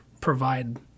provide